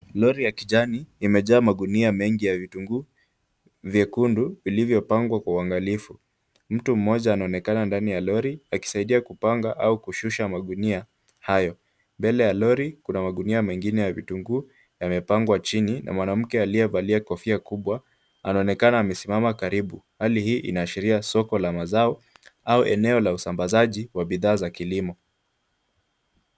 Lori ya kijani imejaa magunia mengi ya vitunguu vyekundu vilivyopangwa kwa uangalifu. Mtu mmoja anaonekana ndani ya lori akisaidia kupanga au kushusha magunia hayo. Mbele ya lori kuna magunia mengine ya vitunguu yamepangwa chini na mwanamke aliyevalia kofia kubwa anaonekana amesimama karibu. Hali hii inaashiria soko la mazao au eneo la usambazaji wa bidhaa za kilimo.